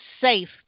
safe